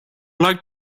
like